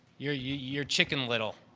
you're yeah you're chicken little,